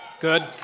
Good